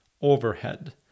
overhead